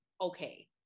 okay